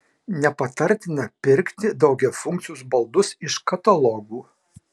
nepatartina pirkti daugiafunkcius baldus iš katalogų